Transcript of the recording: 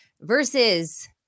versus